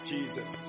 Jesus